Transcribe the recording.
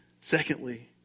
Secondly